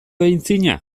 aitzina